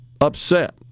upset